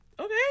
Okay